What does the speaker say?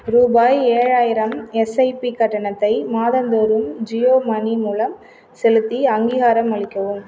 ரூபாய் ஏழாயிரம் எஸ்ஐபி கட்டணத்தை மாதந்தோறும் ஜியோ மணி மூலம் செலுத்தி அங்கீகாரம் அளிக்கவும்